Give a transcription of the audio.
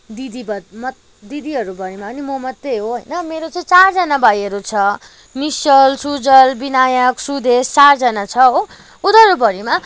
दिदी म दिदीहरूभरिमा नि म मात्रै हो होइन मेरो चाहिँ चारजना भाइहरू छ निश्चल सुजल विनायक सुदेश चारजना छ हो उनीहरूभरिमा